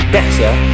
Better